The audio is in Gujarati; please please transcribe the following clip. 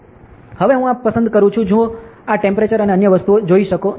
હવે હું આ પસંદ કરું છું જુઓ હું ટેમ્પરેચર અને અન્ય વસ્તુઓ જોઈ શકું છું